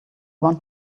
want